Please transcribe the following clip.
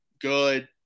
good